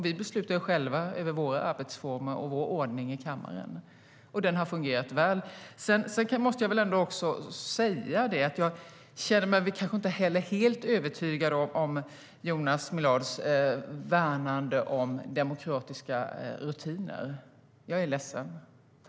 Vi beslutar själva över våra arbetsformer och vår ordning i kammaren, och de har fungerat väl.